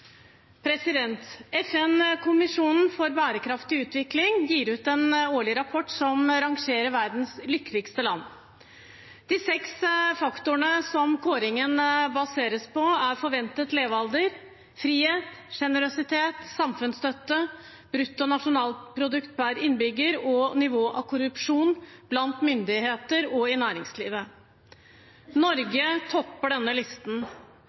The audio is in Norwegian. for bærekraftig utvikling gir ut en årlig rapport som rangerer verdens lykkeligste land. De seks faktorene som kåringen baseres på, er forventet levealder, frihet, generøsitet, samfunnsstøtte, bruttonasjonalprodukt per innbygger og nivå av korrupsjon blant myndigheter og i næringslivet. Norge topper denne listen,